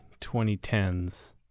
2010s